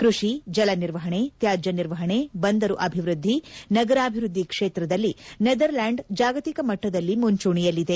ಕೃಷಿ ಜಲ ನಿರ್ವಹಣೆ ತ್ಯಾಜ್ಯ ನಿರ್ವಹಣೆ ಬಂದರು ಅಭಿವೃದ್ಧಿ ನಗರಾಭಿವೃದ್ಧಿ ಕ್ಷೇತ್ರದಲ್ಲಿ ನೆದರ್ಲೆಂಡ್ ಜಾಗತಿಕ ಮಟ್ಟದಲ್ಲಿ ಮುಂಚೂಣಿಯಲ್ಲಿದೆ